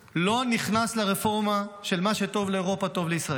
לא נכנס לרפורמה של "מה שטוב לאירופה טוב לישראל".